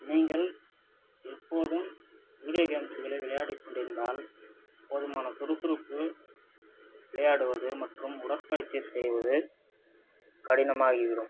நீங்கள் எப்போதும் வீடியோ ஜேம்ஸ்க்களை விளையாடிக்கொண்டிருந்தால் போதுமான சுறு சுறுப்பு விளையாடுவது மற்றும் உடற் பயிற்சி செய்வது கடினமாகிவிடும்